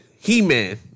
He-Man